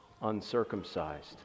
uncircumcised